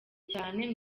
cyane